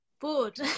Good